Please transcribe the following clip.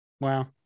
Wow